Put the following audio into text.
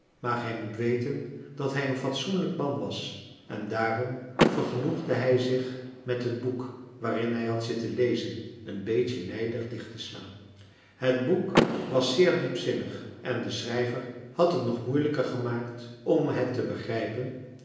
maar gij moet weten dat hij een fatsoenlijk man was en daarom vergenoegde hij zich met het boek waarin hij had zitten lezen een beetje nijdig dicht te slaan het boek was zeer diepzinnig en de schrijver had het nog moeielijker gemaakt om het te begrijpen